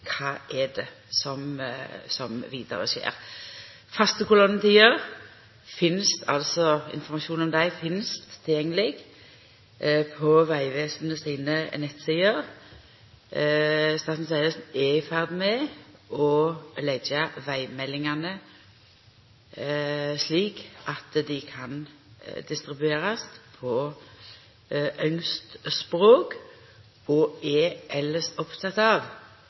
kva som skjer vidare. Informasjon om faste kolonnetider finst tilgjengeleg på vegvesenet sine nettsider. Statens vegvesen er i ferd med å leggja ut vegmeldingane, slik at dei kan distribuerast på ynskt språk, og dei er elles opptekne av